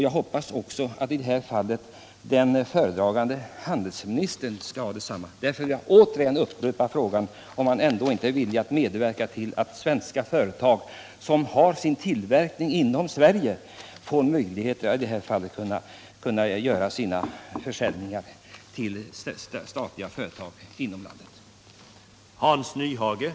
Jag hoppas också att detta bör gälla den föredragande handelsministern. Därför vill jag återigen upprepa frågan om han inte är villig att medverka till att svenska företag, som har sin tillverkning inom Sverige, får möjlighet att göra sina försäljningar till statliga företag här i landet före utländska.